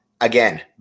Again